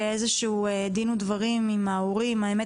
איזה שהוא דין ודברים עם ההורים והאמת